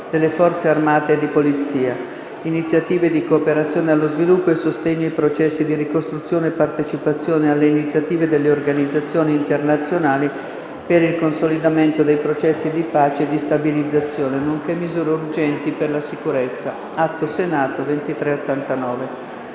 delle Forze armate e di polizia, iniziative di cooperazione allo sviluppo e sostegno ai processi di ricostruzione e partecipazione alle iniziative delle organizzazioni internazionali per il consolidamento dei processi di pace e di stabilizzazione, nonché misure urgenti per la sicurezza